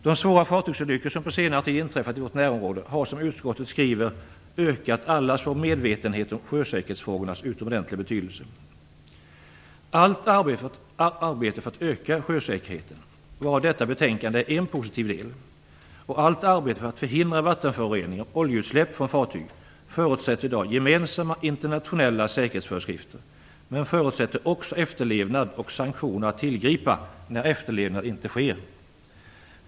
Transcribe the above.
De svåra fartygsolyckor som på senare tid inträffat i vårt närområde har, som utskottet skriver, ökat allas vår medvetenhet om sjösäkerhetsfrågornas utomordenliga betydelse. Allt arbete för att öka sjösäkerheten, varav detta betänkande är en positiv del, och allt arbete för att förhindra vattenföroreningar och oljeutsläpp från fartyg förutsätter i dag gemensamma internationella säkerhetsföreskrifter. Det förutsätter också efterlevnad och att man kan tillgripa sanktioner när efterlevnad inte sker.